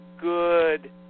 good